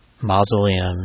mausoleum